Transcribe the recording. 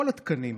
כל התקנים.